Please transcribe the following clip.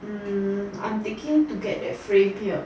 hmm I'm thinking to get the frame here